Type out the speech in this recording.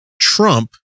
Trump